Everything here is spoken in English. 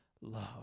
love